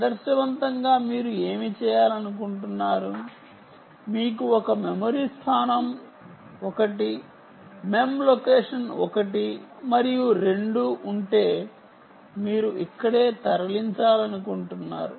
ఆదర్శవంతంగా మీరు ఏమి చేయాలనుకుంటున్నారు మీకు ఒక మెమరీ స్థానం ఒకటి మెమ్ లొకేషన్ 1 మరియు 2 ఉంటే మీరు ఇక్కడే తరలించాలనుకుంటున్నారు